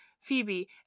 Phoebe